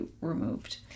removed